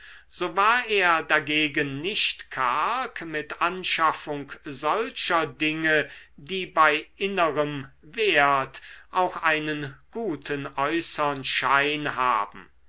so war er dagegen nicht karg mit anschaffung solcher dinge die bei innerm wert auch einen guten äußern schein haben